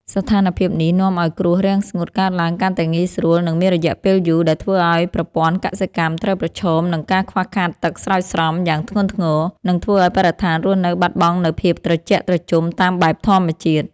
ស្ថានភាពនេះនាំឱ្យគ្រោះរាំងស្ងួតកើតឡើងកាន់តែងាយស្រួល និងមានរយៈពេលយូរ ដែលធ្វើឱ្យប្រព័ន្ធកសិកម្មត្រូវប្រឈមនឹងការខ្វះខាតទឹកស្រោចស្រពយ៉ាងធ្ងន់ធ្ងរ និងធ្វើឱ្យបរិស្ថានរស់នៅបាត់បង់នូវភាពត្រជាក់ត្រជុំតាមបែបធម្មជាតិ។